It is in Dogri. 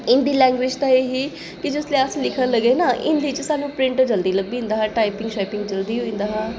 हिंदी लैंग्वेज तां एह् ही कि जेल्लै अस लिखन लगे ना हिंदी च स्हान्नूं प्रिंट जल्दी लब्भी जंदा हा टाइपिंग शाइपिंग जल्दी होई जंदा हा